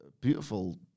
Beautiful